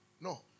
No